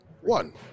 one